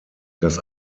das